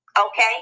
Okay